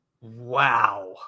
Wow